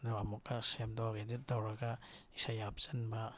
ꯑꯗꯨꯒ ꯑꯃꯨꯛꯀ ꯁꯦꯝꯗꯣꯛꯑꯒ ꯏꯗꯤꯠ ꯇꯧꯔꯒ ꯏꯁꯩ ꯍꯥꯞꯆꯤꯟꯕ